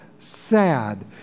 sad